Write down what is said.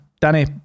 Danny